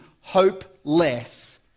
hopeless